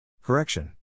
Correction